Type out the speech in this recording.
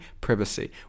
Privacy